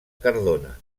cardona